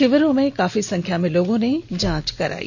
शिविरों में काफी संख्या में लोगों ने जांच कराई